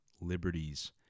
liberties